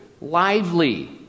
lively